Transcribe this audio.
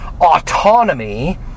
autonomy